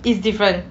is different